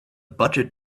budget